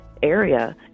area